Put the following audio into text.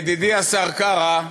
ידידי השר קרא,